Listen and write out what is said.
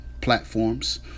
platforms